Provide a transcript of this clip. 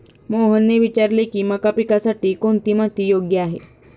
मोहनने विचारले की मका पिकासाठी कोणती माती योग्य आहे?